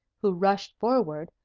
who rushed forward,